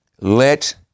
let